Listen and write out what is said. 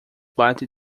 bate